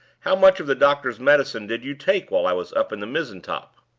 how much of the doctor's medicine did you take while i was up in the mizzen-top?